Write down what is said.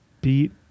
beat